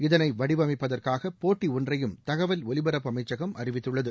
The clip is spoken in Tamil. இதனை வடிவமைப்பதற்காக போட்டி ஒன்றையும் தகவல் ஒலிபரப்பு அமைச்சம் அறிவித்துள்ளது